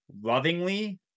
lovingly